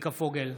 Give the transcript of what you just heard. צביקה פוגל,